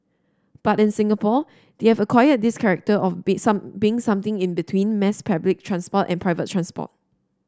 but in Singapore they've acquired this character of be some being something in between mass public transport and private transport